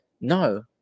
No